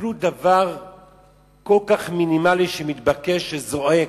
אפילו דבר כל כך מינימלי, שמתבקש, שזועק,